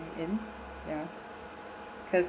in ya cause